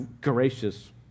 gracious